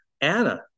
Anna